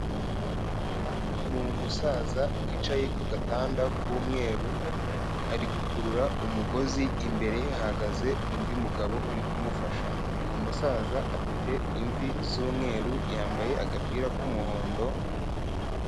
Ni umusaza wicaye ku gatanda k'umweru ari gukurura umugozi, imbere hahagaze undi mugabo uri kumufasha, uyu musaza afite imvi z'umweru yambaye agapira k'umuhondo.